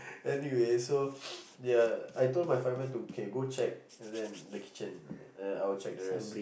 anyway so ya I told my fireman to can go check and then the kitchen then I will go check the rest